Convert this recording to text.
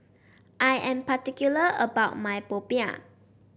I am particular about my popiah